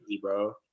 bro